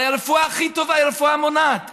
הרי הרפואה הכי טובה היא רפואה מונעת,